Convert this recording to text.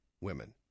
women